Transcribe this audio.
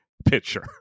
pitcher